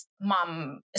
Mom